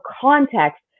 context